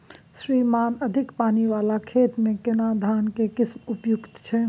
श्रीमान अधिक पानी वाला खेत में केना धान के किस्म उपयुक्त छैय?